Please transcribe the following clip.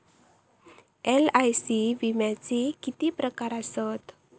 LIC विम्याचे किती प्रकार आसत?